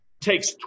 takes